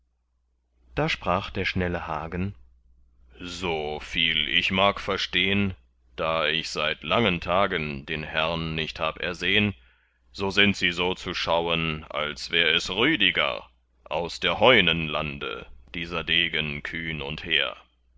da sprach der schnelle hagen so viel ich mag verstehn da ich seit langen tagen den herrn nicht hab ersehn so sind sie so zu schauen als wär es rüdiger aus der heunen lande dieser degen kühn und hehr